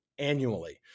annually